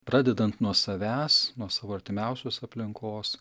pradedant nuo savęs nuo savo artimiausios aplinkos